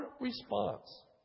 response